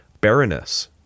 Baroness